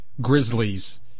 Grizzlies